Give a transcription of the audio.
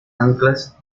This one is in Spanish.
anclas